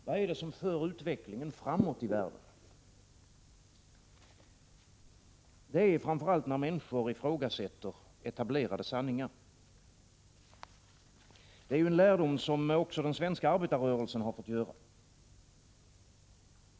Herr talman! Vad är det som för utvecklingen framåt i världen? Det är framför allt att människor ifrågasätter etablerade sanningar. Det är en erfarenhet som också den svenska arbetarrörelsen har fått göra.